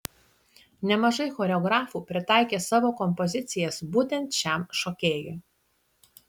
nemažai choreografų pritaikė savo kompozicijas būtent šiam šokėjui